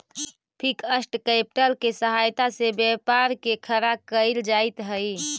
fixed capital के सहायता से व्यापार के खड़ा कईल जइत हई